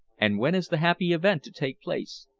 and when is the happy event to take place?